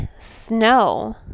Snow